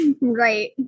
Right